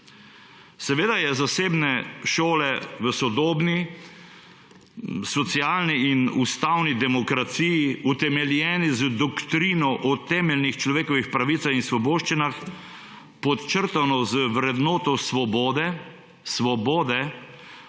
»Seveda je zasebne šole v sodobni socialni in ustavni demokraciji, utemeljeni z doktrino o temeljnih človekovih pravicah in svoboščinah, podčrtano z vrednoto svobode,